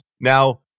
Now